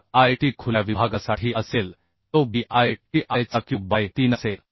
तर It खुल्या विभागासाठी असेल तो b i t i चा क्यूब बाय 3 असेल